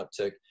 uptick